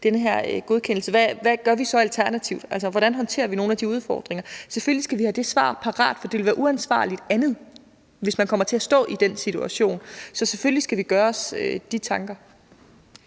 den her godkendelse, hvad gør vi så alternativt? Hvordan håndterer vi nogle af de udfordringer? Selvfølgelig skal vi have det svar parat, for det ville være uansvarligt andet, hvis vi kommer til at stå i den situation. Så selvfølgelig skal vi gøre os de tanker.